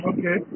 Okay